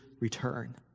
return